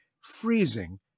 freezing